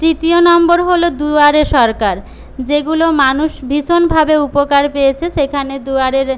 তৃতীয় নম্বর হল দুয়ারে সরকার যেগুলো মানুষ ভীষণভাবে উপকার পেয়েছে সেখানে দুয়ারের